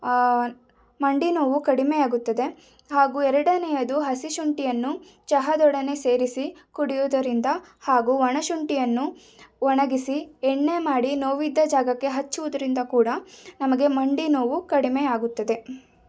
ಮಂಡಿನೋವು ಕಡಿಮೆ ಆಗುತ್ತದೆ ಹಾಗೂ ಎರಡನೆಯದು ಹಸಿ ಶುಂಠಿಯನ್ನು ಚಹದೊಡನೆ ಸೇರಿಸಿ ಕುಡಿಯುವುದರಿಂದ ಹಾಗೂ ಒಣ ಶುಂಠಿಯನ್ನು ಒಣಗಿಸಿ ಎಣ್ಣೆ ಮಾಡಿ ನೋವಿದ್ದ ಜಾಗಕ್ಕೆ ಹಚ್ಚುವುದರಿಂದ ಕೂಡ ನಮಗೆ ಮಂಡಿನೋವು ಕಡಿಮೆ ಆಗುತ್ತದೆ